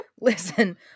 Listen